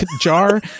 jar